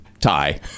tie